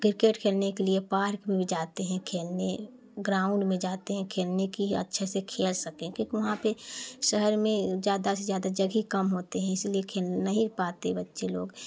cricket खेलने के लिए पार्क में भी जाते हैं खेलने ग्राउंड में जाते हैं खेलने कि अच्छे से खेल सकें क्योंकि वहाँ पर शहर में ज़्यादा से ज़्यादा जगह कम होते हैं इसलिए खेल नहीं पाते बच्चे लोग